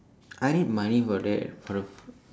I need money for that for the